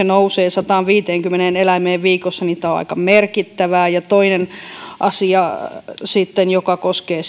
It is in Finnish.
nousee sataanviiteenkymmeneen eläimeen viikossa tämä on aika merkittävää sitten toinen asia joka koskee